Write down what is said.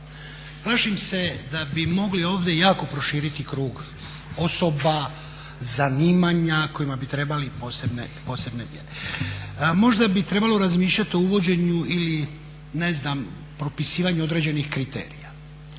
Plašim se da bi mogli ovdje jako proširiti krug osoba, zanimanja kojima bi trebali posebne …. Možda bi trebalo razmišljat o uvođenju ili propisivanju određenih kriterija.